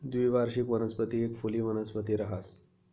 द्विवार्षिक वनस्पती एक फुली वनस्पती रहास